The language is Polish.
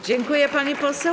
Dziękuję, pani poseł.